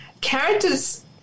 Characters